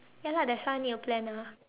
ya lah that's why need to plan ah